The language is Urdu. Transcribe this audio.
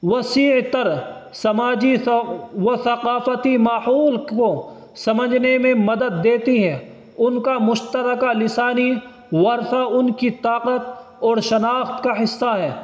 وسیع تر سماجی و ثقافتی ماحول کو سمجھنے میں مدد دیتی ہے ان کا مشترکہ لسانی ورثہ ان کی طاقت اور شناخت کا حصہ ہے